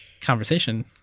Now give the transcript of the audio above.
conversation